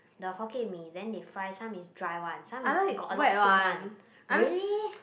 the Hokkien-Mee then they fry some is dry one some is got a lot of soup one really